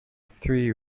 three